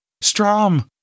Strom